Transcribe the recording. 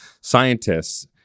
scientists